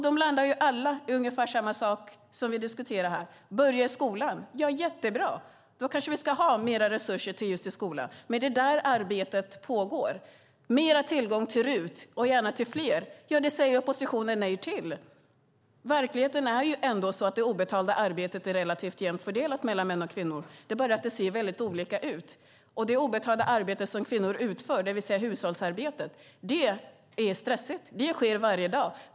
De landar alla i ungefär samma sak som vi diskuterar här. Börja i skolan - jättebra! Då kanske vi ska ha mer resurser till just skolan. Det arbetet pågår. Mer tillgång till RUT och gärna till fler. Det säger oppositionen nej till. Verkligheten är ändå sådan att det obetalda arbetet är relativt jämnt fördelat mellan män och kvinnor. Det är bara det att det ser väldigt olika ut. Det obetalda arbete som kvinnor utför, det vill säga hushållsarbetet, är stressigt. Det sker varje dag.